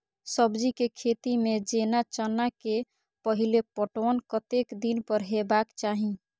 सब्जी के खेती में जेना चना के पहिले पटवन कतेक दिन पर हेबाक चाही?